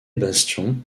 bastion